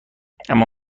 اما